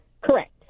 Correct